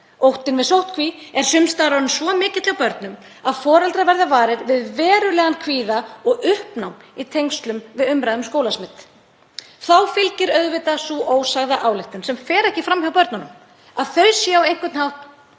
Óttinn við sóttkví er sums staðar orðinn svo mikill hjá börnum að foreldrar verða varir við verulegan kvíða og uppnám í tengslum við umræðu um skólasmit. Þá fylgir auðvitað sú ósagða ályktun sem fer ekki fram hjá börnunum að þau séu á einhvern hátt